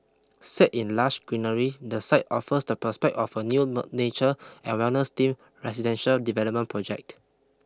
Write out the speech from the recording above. set in lush greenery the site offers the prospect of a new nature and wellness themed residential development project